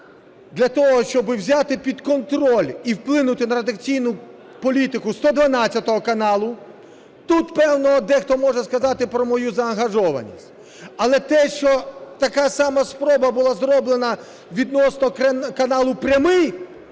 для того, щоби взяти під контроль і вплинути на редакційну політику "112" каналу. Тут, певно, дехто може сказати про мою заангажованість. Але те, що така сама спроба була зроблена відносно каналу "Прямий",